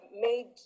made